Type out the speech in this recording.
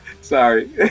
Sorry